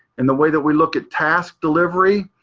in the way that we look at task delivery.